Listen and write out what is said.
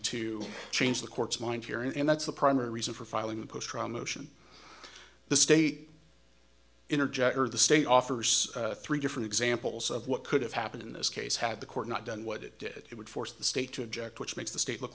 to change the court's mind here and that's the primary reason for filing the post trauma ocean the state interject or the state offers three different examples of what could have happened in this case had the court not done what it did it would force the state to object which makes the state look